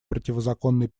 противозаконной